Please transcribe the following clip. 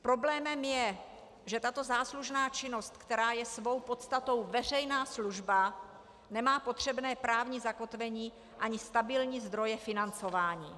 Problémem je, že tato záslužná činnost, která je svou podstatou veřejná služba, nemá potřebné právní zakotvení ani stabilní zdroje financování.